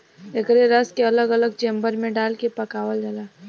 एकरे रस के अलग अलग चेम्बर मे डाल के पकावल जाला